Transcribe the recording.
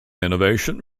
innovation